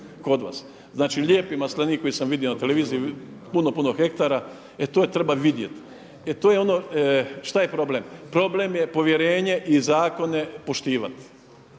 Znači, lijepi maslenik koji sam vidio na televiziji, puno, puno hektara. E, to treba vidjeti. E, to je ono. Šta je problem? Problem je povjerenje i zakone poštivati,